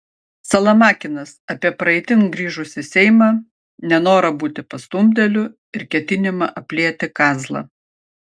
salamakinas apie praeitin grįžusį seimą nenorą būti pastumdėliu ir ketinimą aplieti kazlą